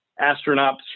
astronauts